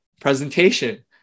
presentation